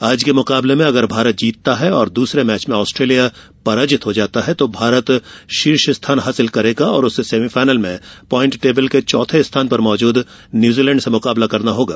आज के मुकाबले में अगर भारत जीतता है और दूसरे मैच में आस्ट्रेलिया पराजित हो जाता है तो भारत शीर्ष स्थान हासिल करेगा और उसे सेमीफायनल में पाइंट टेबल के चौथे स्थान पर मौजूद न्यूजीलैण्ड से मुकाबला करना होगा